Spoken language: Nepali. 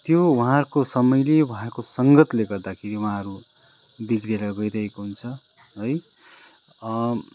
त्यो उहाँहरूको समयले उहाँहरूको सङ्गतले गर्दाखेरि उहाँहरू बिग्रिएर गइरहेको हुन्छ है